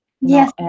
Yes